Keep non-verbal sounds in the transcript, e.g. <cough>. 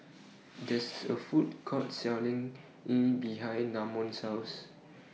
<noise> There IS A Food Court Selling Kheer behind Namon's House